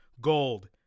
gold